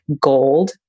Gold